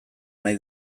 nahi